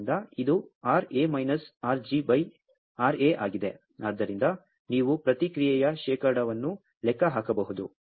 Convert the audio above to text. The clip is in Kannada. ಆದ್ದರಿಂದ ಇದು R a minus R g by R a ಆಗಿದೆ ಆದ್ದರಿಂದ ನೀವು ಪ್ರತಿಕ್ರಿಯೆಯ ಶೇಕಡಾವನ್ನು ಲೆಕ್ಕ ಹಾಕಬಹುದು